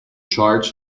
charts